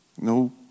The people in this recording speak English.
no